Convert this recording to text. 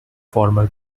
formal